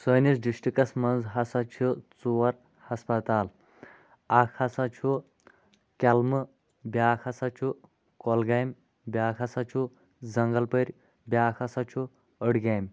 سٲنِس ڈِسٹِکس منٛز ہسا چھِ ژور ہَسپَتال اکھ ہسا چھُ کٮ۪لمہٕ بیٛاکھ ہسا چھُ کۄلگامہِ بیٛاکھ ہسا چھُ زنٛگل پورِ بیٛاکھ ہسا چھُ أڈگامہِ